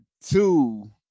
two